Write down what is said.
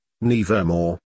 NEVERMORE